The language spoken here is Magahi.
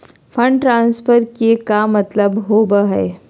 फंड ट्रांसफर के का मतलब होव हई?